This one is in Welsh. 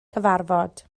cyfarfod